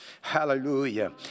Hallelujah